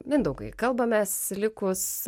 mindaugai kalbamės likus